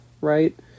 Right